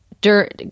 dirt